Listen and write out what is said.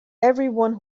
everyone